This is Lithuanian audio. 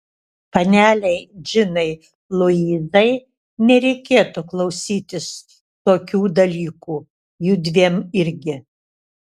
panelei džinai luizai nereikėtų klausytis tokių dalykų judviem irgi